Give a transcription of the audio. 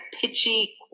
pitchy